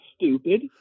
stupid